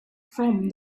from